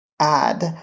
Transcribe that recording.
add